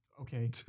Okay